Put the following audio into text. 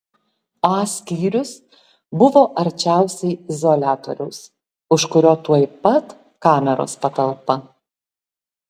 a skyrius buvo arčiausiai izoliatoriaus už kurio tuoj pat kameros patalpa